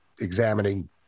examining